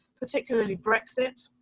particularly brexit,